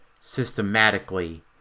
systematically